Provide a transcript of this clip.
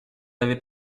avait